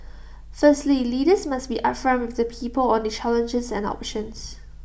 firstly leaders must be upfront with the people on the challenges and options